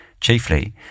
chiefly